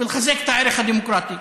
ולחזק את הערך הדמוקרטי,